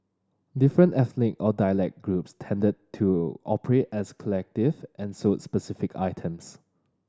different ethnic or dialect groups tended to operate as collective and sold specific items